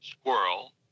squirrel